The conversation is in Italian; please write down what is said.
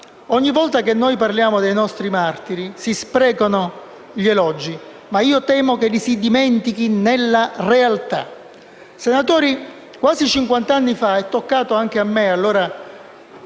Ogni volta che si parla dei nostri martiri si sprecano gli elogi, ma temo che li si dimentichi nella realtà. Senatori, quasi cinquant'anni fa è toccato anche a me, allora